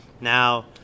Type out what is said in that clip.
Now